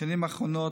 בשנים האחרונות,